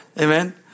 amen